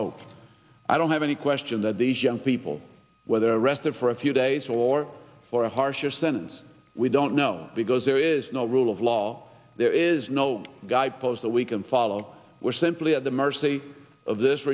hope i don't have any question that these young people whether arrested for a few days or for a harsher sentence we don't know because there is no rule of law there is no guy pose that we can follow we're simply at the mercy of this